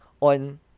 on